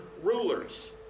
rulers